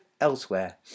elsewhere